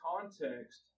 context